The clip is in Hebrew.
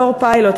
בתור פיילוט,